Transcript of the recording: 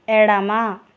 ఎడమ